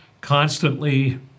Constantly